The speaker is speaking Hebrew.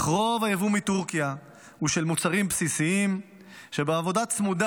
אך רוב היבוא מטורקיה הוא של מוצרים בסיסיים שבעבודה צמודה